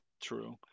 true